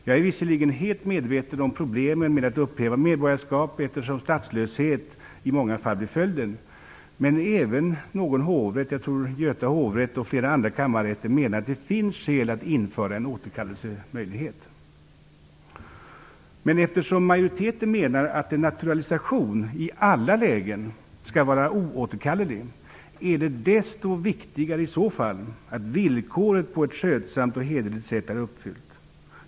Jag är visserligen helt medveten om problemen med att upphäva medborgarskap - statslöshet blir i många fall följden. Men en hovrätt, Göta hovrätt tror jag det är, menar liksom flera kammarrätter att det finns skäl att införa en återkallelsemöjlighet. Eftersom majoriteten menar att en naturalisation i alla lägen skall vara oåterkallelig är det desto viktigare att villkoret om ett skötsamt och hederligt sätt är uppfyllt.